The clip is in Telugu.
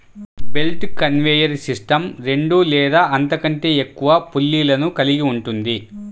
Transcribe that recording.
బెల్ట్ కన్వేయర్ సిస్టమ్ రెండు లేదా అంతకంటే ఎక్కువ పుల్లీలను కలిగి ఉంటుంది